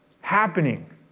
happening